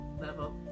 level